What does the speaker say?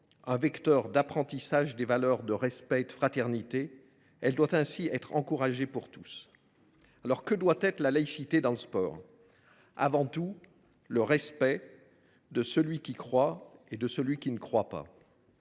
un vecteur d’apprentissage des valeurs de respect et de fraternité. Elle doit être encouragée pour tous. Que doit être la laïcité dans le sport ? Avant tout, le respect de celui qui croit et de celui qui ne croit pas.